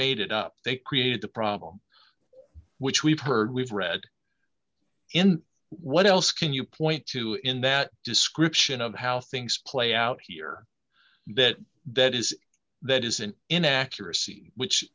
made it up they created the problem which we've heard we've read in what else can you point to in that description of how things play out here that that is that is an inaccuracy which